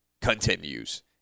continues